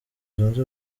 zunze